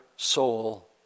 soul